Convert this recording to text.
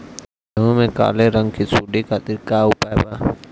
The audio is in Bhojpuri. गेहूँ में काले रंग की सूड़ी खातिर का उपाय बा?